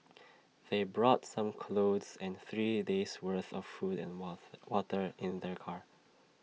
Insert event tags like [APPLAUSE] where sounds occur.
[NOISE] they brought some clothes and three A days' worth of food and [UNINTELLIGIBLE] water in their car